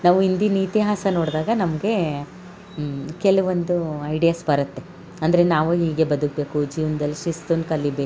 ನಾವು ಹಿಂದಿನ್ ಇತಿಹಾಸ ನೋಡಿದಾಗ ನಮಗೆ ಕೆಲವೊಂದು ಐಡ್ಯಾಸ್ ಬರುತ್ತೆ ಅಂದರೆ ನಾವು ಹೀಗೆ ಬದುಕಬೇಕು ಜೀವನ್ದಲ್ಲಿ ಶಿಸ್ತನ್ನು ಕಲಿಯಬೇಕು